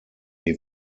die